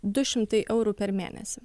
du šimtai eurų per mėnesį